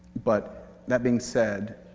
but that being said,